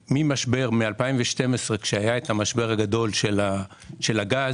מכיוון שמ-2012 כשהיה המשבר הגדול של הגז,